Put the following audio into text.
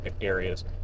areas